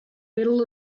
middle